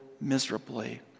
miserably